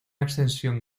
extensión